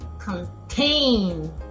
Contain